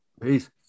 Peace